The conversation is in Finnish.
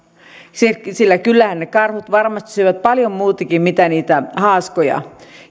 sillä kyllähän ne karhut varmasti syövät paljon muutakin kuin niitä haaskoja